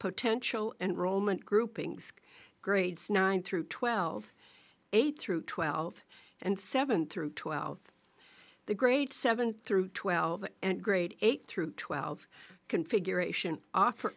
potential enrollment groupings grades nine through twelve eight through twelve and seven through twelve the grade seven through twelve and grade eight through twelve configuration offer